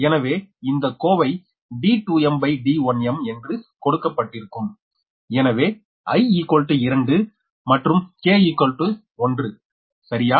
எனவே இந்த கோவை D2mD1mஎன்று கொடுக்கப்பட்டிருக்கும் எனவே i 2 மற்றும் k 1 சரியா